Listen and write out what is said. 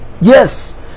Yes